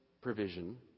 provision